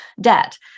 debt